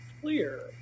Clear